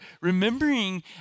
remembering